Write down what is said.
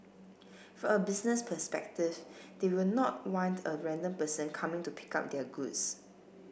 from a business perspective they will not want a random person coming to pick up their goods